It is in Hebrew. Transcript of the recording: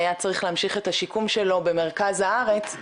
היה צריך להמשיך את השיקום שלו במרכז הארץ,